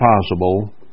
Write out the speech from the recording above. possible